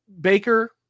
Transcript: Baker